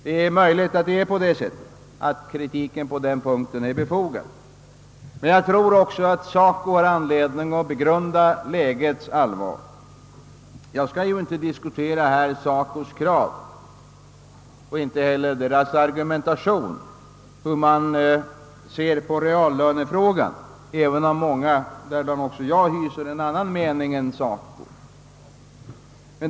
Det är möjligt att kritiken på denna punkt är befogad men jag tror också att SACO har anledning att begrunda lägets allvar. Jag skall inte här diskutera SACO:s krav och inte heller organisationens argumentation beträffande = reallönefrågan även om många, däribland också jag, hyser en annan mening än SACO.